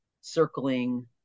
circling